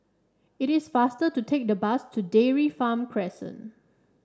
it is faster to take the bus to Dairy Farm Crescent